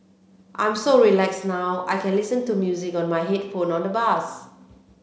I'm so relaxed now I can listen to music on my headphone on the bus